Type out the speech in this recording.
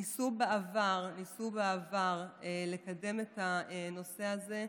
ניסו בעבר לקדם את הנושא הזה,